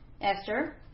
Esther